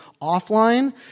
offline